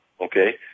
okay